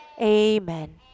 amen